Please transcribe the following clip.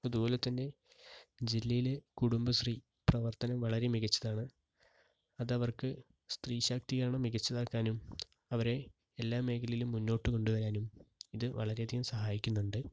അതുപോലെത്തന്നെ ജില്ലയിൽ കുടുംബശ്രീ പ്രവർത്തനം വളരെ മികച്ചതാണ് അതവർക്ക് സ്ത്രീ ശാക്തികരണം മികച്ചതാക്കാനും അവരെ എല്ലാ മേഖലയിലും മുന്നോട്ടു കൊണ്ടുവരാനും ഇത് വളരെയധികം സഹായിക്കുന്നുണ്ട്